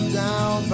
down